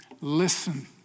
Listen